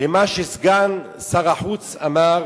למה שסגן שר החוץ אמר